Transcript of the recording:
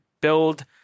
build